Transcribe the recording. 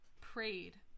prayed